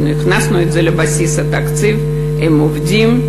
אנחנו הכנסנו את זה לבסיס התקציב, הם עובדים,